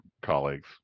colleagues